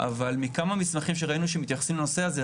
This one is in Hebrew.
אבל מכמה מסמכים שראינו שמתייחסים לנושא הזה,